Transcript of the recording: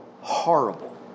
horrible